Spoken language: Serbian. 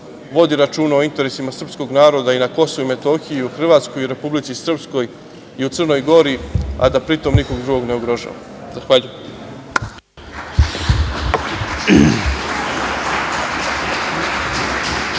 vodi računa o interesima srpskog naroda i na KiM i u Hrvatskoj i u Republici Srpskoj i u Crnoj Gori, a da pri tom nikoga drugoga ne ugrožava. Zahvaljujem.